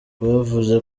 rwavuze